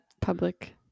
public